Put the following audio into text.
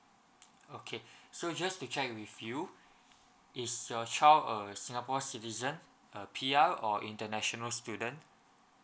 okay so just to check with you is your child a singapore citizen a P_R or international student